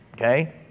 Okay